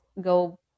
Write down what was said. go